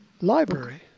library